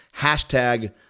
Hashtag